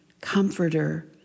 comforter